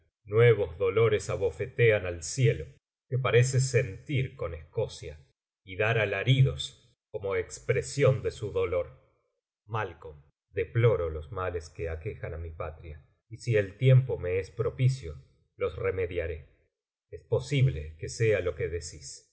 nuevos dolores abofetean al cielo que parece sentir con escocia y dar alaridos como expresión de su dolor malc deploro los males que aquejan á mi patria y si el tiempo me es propicio los remediaré es posible que sea lo que decís